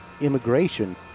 immigration